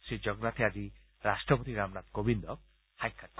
শ্ৰীজগনাথে আজি ৰাট্টপতি ৰামনাথ কোবিন্দক সাক্ষাৎ কৰিব